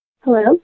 Hello